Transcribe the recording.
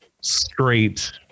straight